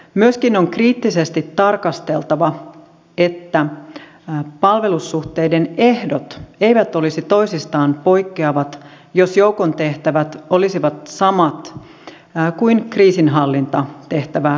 myöskin on kriittisesti tarkasteltava että palvelussuhteiden ehdot eivät olisi toisistaan poikkeavat jos joukon tehtävät olisivat samat kuin kriisinhallintatehtävää suorittavien